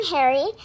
Harry